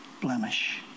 blemish